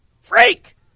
Freak